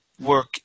work